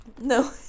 no